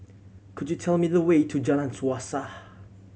could you tell me the way to Jalan Suasa